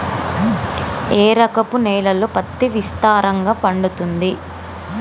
ఏ రకపు నేలల్లో పత్తి విస్తారంగా పండుతది?